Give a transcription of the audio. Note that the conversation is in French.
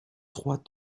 trois